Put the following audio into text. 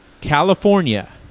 California